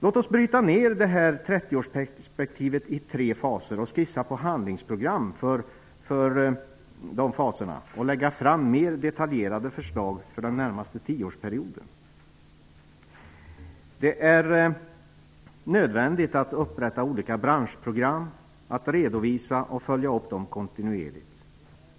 Låt oss bryta ner 30 årsperspektivet i tre faser, skissa på handlingsprogram för de faserna och lägga fram mer detaljerade förslag för den närmaste 10 Det är nödvändigt att upprätta olika branschprogram och att redovisa och följa upp dessa kontinuerligt.